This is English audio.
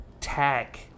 tag